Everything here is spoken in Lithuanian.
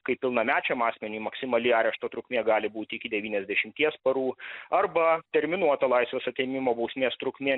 kai pilnamečiam asmeniui maksimali arešto trukmė gali būti iki devyniasdešimties parų arba terminuota laisvės atėmimo bausmės trukmė